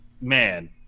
Man